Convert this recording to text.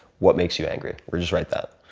what makes you angry? just write that.